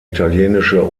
italienische